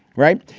right.